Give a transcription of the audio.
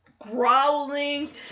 growling